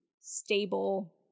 stable